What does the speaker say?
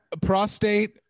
prostate